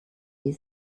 wie